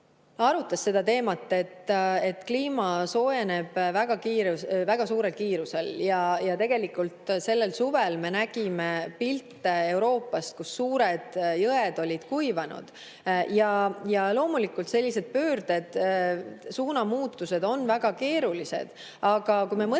arutati seda teemat, et kliima soojeneb väga suurel kiirusel. Sellel suvel me nägime pilte Euroopast, kus suured jõed olid kuivanud. Ja loomulikult, sellised pöörded, suunamuutused on väga keerulised. Aga kui me mõtleme